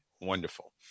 wonderful